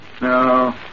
No